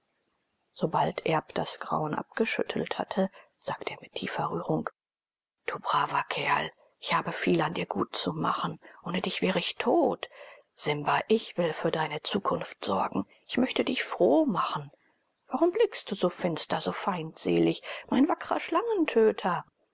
sobald erb das grauen abgeschüttelt hatte sagte er mit tiefer rührung du braver kerl ich habe viel an dir gut zu machen ohne dich wäre ich tot simba ich will für deine zukunft sorgen ich möchte dich froh machen warum blickst du so finster so feindselig mein wackrer